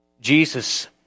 Jesus